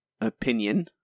opinion